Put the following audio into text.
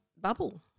bubble